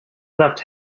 left